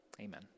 Amen